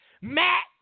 Matt